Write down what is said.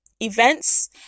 Events